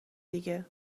دیگه